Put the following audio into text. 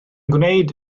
gwneud